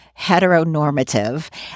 heteronormative